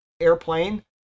airplane